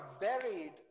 buried